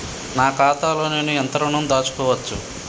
నా ఖాతాలో నేను ఎంత ఋణం దాచుకోవచ్చు?